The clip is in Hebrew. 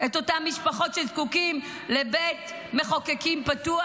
את אותן משפחות שזקוקות לבית מחוקקים פתוח?